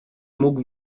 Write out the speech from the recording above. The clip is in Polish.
mógł